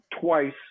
twice